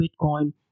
Bitcoin